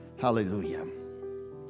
Hallelujah